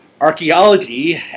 archaeology